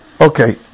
Okay